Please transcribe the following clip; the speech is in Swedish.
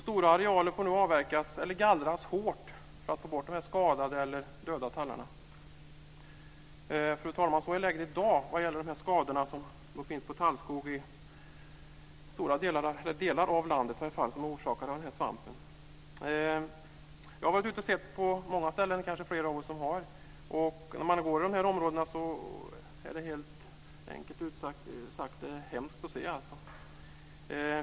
Stora arealer får nu avverkas eller gallras hårt för att få bort de skadade eller döda tallarna. Fru talman! Så är läget i dag vad gäller skadorna på tallskog som är orsakade av svampen i delar av landet. Jag har varit ute och sett på många ställen. Det kanske är flera av oss som har. Om man går i områdena är det helt enkelt hemskt att se.